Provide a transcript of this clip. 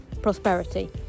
prosperity